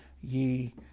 ye